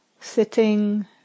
sitting